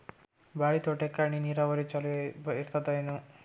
ಬಾಳಿ ತೋಟಕ್ಕ ಹನಿ ನೀರಾವರಿ ಚಲೋ ಇರತದೇನು?